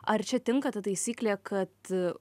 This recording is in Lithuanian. ar čia tinka ta taisyklė kad